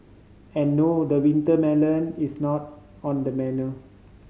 and no the winter melon is not on the menu